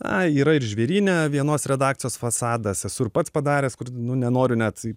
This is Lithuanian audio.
na yra ir žvėryne vienos redakcijos fasadas esu ir pats padaręs kur nu nenoriu net